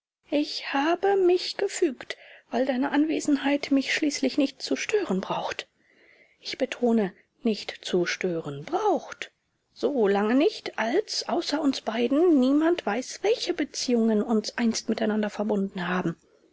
ich habe mich gefügt weil deine anwesenheit mich schließlich nicht zu stören braucht ich betone nicht zu stören braucht so lange nicht als außer uns beiden niemand weiß welche beziehungen uns einst miteinander verbunden haben